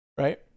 Right